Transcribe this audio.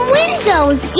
windows